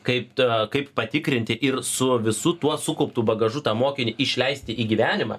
kaip tą kaip patikrinti ir su visu tuo sukauptu bagažu tą mokinį išleisti į gyvenimą